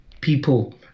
people